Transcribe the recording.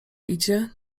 idzie